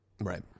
Right